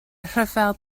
rhyfel